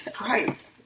right